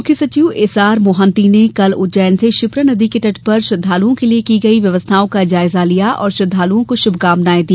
मुख्य सचिव S R Mohanty ने कल उज्जैन मे क्षिप्रा नदी के तट पर श्रद्धालुओं के लिए की गई व्यवस्थाओं का जायजा लिया और श्रद्धालुओं को शुभकामनाये दी